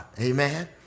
Amen